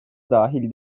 dahil